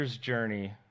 journey